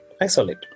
isolate